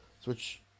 switch